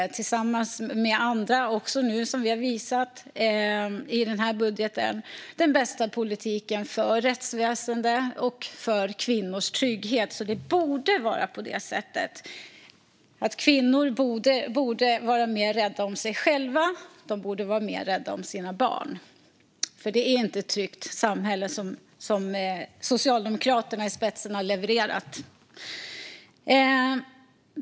Nu har vi också visat tillsammans med andra att vi har den bästa politiken för rättsväsen och för kvinnors trygghet. Kvinnor borde vara mer rädda om sig själva och om sina barn. Det är nämligen inte ett tryggt samhälle som framför allt Socialdemokraterna har levererat.